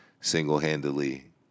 single-handedly